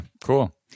cool